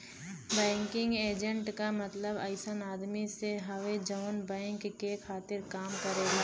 banking agent क मतलब अइसन आदमी से हउवे जौन बैंक के खातिर काम करेला